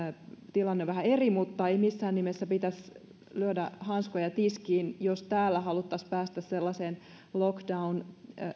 tilanne on vähän eri mutta ei missään nimessä pitäisi lyödä hanskoja tiskiin jos täällä haluttaisiin päästä sellaisen lockdown